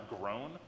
grown